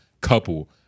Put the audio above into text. couple